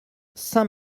saint